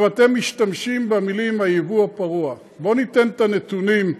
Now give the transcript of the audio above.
אתם משתמשים במילים "היבוא הפרוע" בוא ניתן את הנתונים,